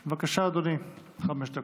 בבקשה, אדוני, חמש דקות.